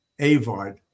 Avard